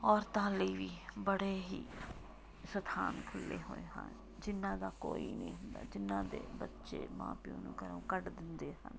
ਔਰਤਾਂ ਲਈ ਵੀ ਬੜੇ ਹੀ ਸਥਾਨ ਖੁੱਲ੍ਹੇ ਹੋਏ ਹਨ ਜਿਹਨਾਂ ਦਾ ਕੋਈ ਨਹੀਂ ਹੁੰਦਾ ਜਿਹਨਾਂ ਦੇ ਬੱਚੇ ਮਾਂ ਪਿਓ ਨੂੰ ਘਰੋਂ ਕੱਢ ਦਿੰਦੇ ਹਨ